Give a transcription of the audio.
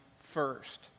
first